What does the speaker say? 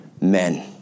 men